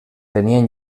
tenien